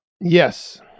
Yes